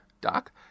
Doc